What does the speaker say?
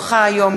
כי הונחה היום,